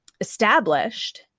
established